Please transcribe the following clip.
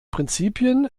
prinzipien